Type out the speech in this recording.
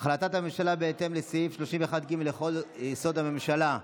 החלטת הממשלה בהתאם לסעיף 31(ג) לחוק-יסוד: הממשלה,